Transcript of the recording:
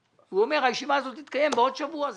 ואומר: הישיבה הזאת תתקיים בעוד שבוע.